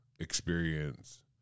experience